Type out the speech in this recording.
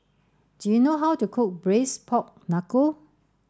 do you know how to cook braised pork knuckle